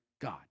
God